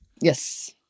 Yes